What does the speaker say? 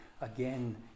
again